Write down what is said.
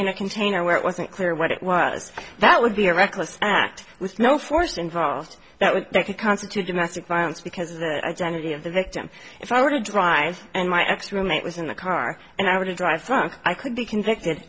in a container where it wasn't clear what it was that would be a reckless act with no force involved that would constitute domestic violence because the identity of the victim if i were to drive and my ex roommate was in the car and i were to drive a truck i could be convicted